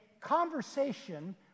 conversation